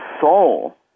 soul